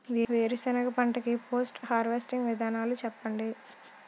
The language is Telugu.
వేరుసెనగ పంట కి పోస్ట్ హార్వెస్టింగ్ విధానాలు చెప్పండీ?